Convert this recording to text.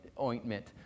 ointment